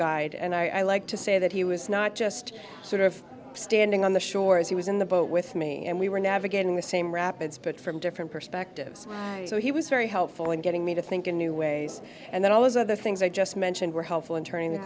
guide and i like to say that he was not just sort of standing on the shores he was in the boat with me and we were navigating the same rapids but from different perspectives so he was very helpful in getting me to think in new ways and then all those other things i just mentioned were helpful in turning the